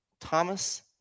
Thomas